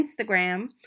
Instagram